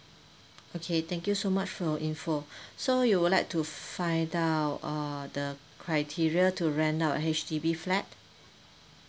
okay thank you so much for your info so you would like to find out err the criteria to rent a H_D_B flat